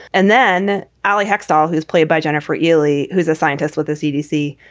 and then ali hextall, who's played by jennifer ealy, who's a scientist with the cdc,